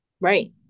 Right